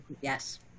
Yes